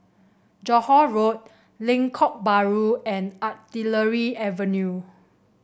Johore Road Lengkok Bahru and Artillery Avenue